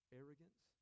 arrogance